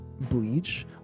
bleach